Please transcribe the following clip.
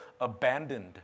abandoned